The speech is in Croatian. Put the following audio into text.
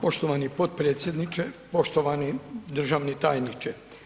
Poštovani potpredsjedniče, poštovani državni tajniče.